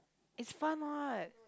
is fun what